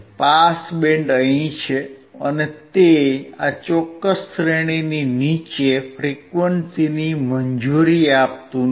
pass band અહીં છે અને તે આ ચોક્કસ શ્રેણીની નીચે ફ્રીક્વંસીની મંજૂરી આપતું નથી